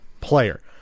player